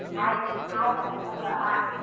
ಆಯ್ತು ಆಯ್ತು ಆಯ್ತು